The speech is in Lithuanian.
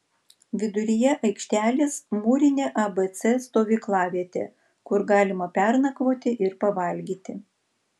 viduryje aikštelės mūrinė abc stovyklavietė kur galima pernakvoti ir pavalgyti